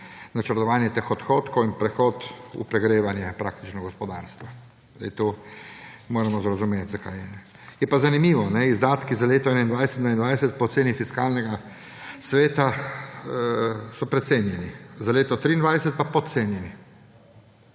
načrtovanje teh odhodkov in prehod v pregrevanje gospodarstva. To moramo razumeti, zakaj. Je pa zanimivo, izdatki za leto 2021–2022 po oceni Fiskalnega sveta so precenjeni, za leto 2023 pa podcenjeni.